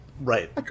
Right